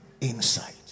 Insight